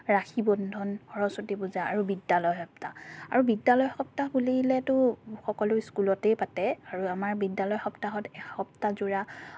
ৰাখী বন্ধন সৰস্বতী পূজা আৰু বিদ্যালয় সপ্তাহ আৰু বিদ্যালয় সপ্তাহ বুলিলেতো সকলো স্কুলতেই পাতে আৰু আমাৰ বিদ্যালয় সপ্তাহত এসপ্তাহ জোৰা